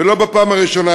ולא בפעם הראשונה,